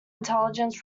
intelligence